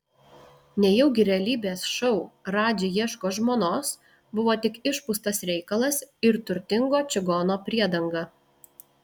nejaugi realybės šou radži ieško žmonos buvo tik išpūstas reikalas ir turtingo čigono priedanga